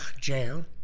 jail